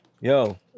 Yo